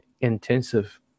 intensive